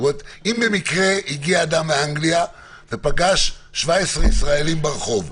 אם במקרה הגיע אדם מאנגליה ופגש 17 ישראלים ברחוב.